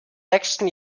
nächsten